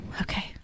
okay